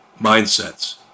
mindsets